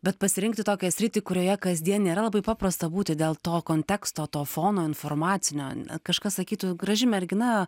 bet pasirinkti tokią sritį kurioje kasdien nėra labai paprasta būti dėl to konteksto to fono informacinio kažkas sakytų graži mergina